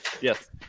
Yes